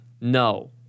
No